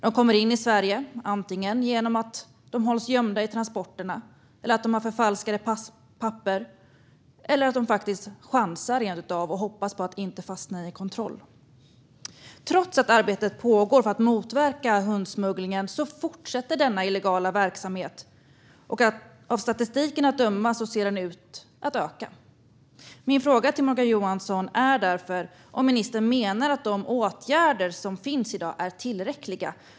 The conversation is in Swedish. De kommer in i Sverige genom att de antingen hålls gömda i transporterna eller har förfalskade papper eller genom att man rent av chansar och hoppas på att inte fastna i en kontroll. Trots att arbetet pågår för att motverka hundsmugglingen fortsätter denna illegala verksamhet. Av statistiken att döma ser den ut att öka. Min fråga till Morgan Johansson är därför om ministern menar att de åtgärder som finns i dag är tillräckliga.